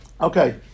Okay